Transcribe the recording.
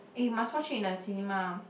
eh you must watch it in the cinema